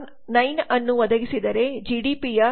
9 ಅನ್ನು ಒದಗಿಸಿದರೆ ಜಿಡಿಪಿಯ 10